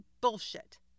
Bullshit